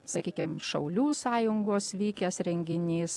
sakykim šaulių sąjungos vykęs renginys